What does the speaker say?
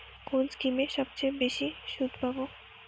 কোন স্কিমে সবচেয়ে বেশি সুদ পাব?